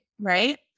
Right